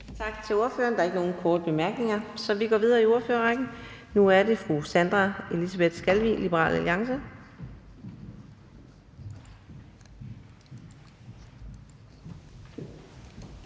Tak til ordføreren. Der er ikke nogen korte bemærkninger, så vi går videre i ordførerrækken. Nu er det fru Sandra Elisabeth Skalvig, Liberal Alliance.